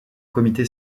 comité